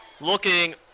Looking